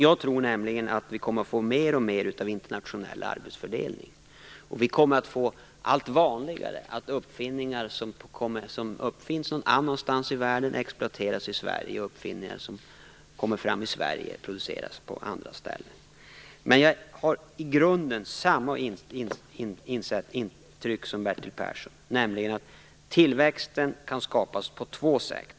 Jag tror att det kommer att bli mer och mer av internationell arbetsfördelning. Det kommer att bli allt vanligare att produkter som uppfinns någon annanstans i världen blir exploaterade i Sverige samtidigt som uppfinningar som kommer fram i Sverige blir producerade på andra ställen. Men jag har i grunden samma intryck som Bertil Persson, nämligen att tillväxten kan skapas på två sätt.